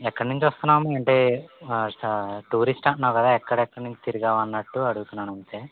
ఎక్కడ్నుంచి వస్తున్నావ్ అమ్మ అంటే టూ టూరిస్ట్ అంటున్నావ్ కదా ఎక్కడెక్కనుంచి తిరిగావ్ అన్నట్టు అడుగుతున్నాను అంతే